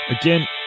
Again